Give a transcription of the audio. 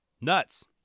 Nuts